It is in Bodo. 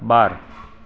बार